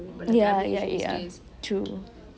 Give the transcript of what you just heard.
ya ya ya true